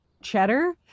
Cheddar